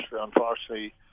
unfortunately